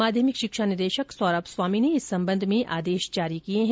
माध्यमिक शिक्षा निदेशक सौरभ स्वामी ने इस संबंध में आदेश जारी किए हैं